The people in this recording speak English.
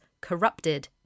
corrupted